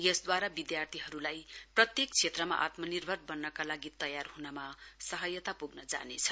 यसद्वारा विद्यार्थीहरूलाई प्रत्येक क्षेत्रमा आत्मनिर्भर बन्नका लागि तयार हनमा सहायता प्रग्न जानेछ